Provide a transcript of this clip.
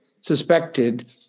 suspected